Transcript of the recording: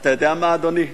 אתה יודע מה, אדוני,